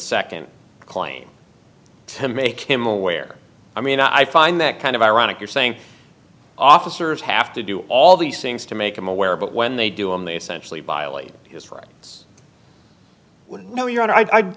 second claim to make him aware i mean i find that kind of ironic you're saying officers have to do all these things to make them aware but when they do in the essentially violate his rights no your hon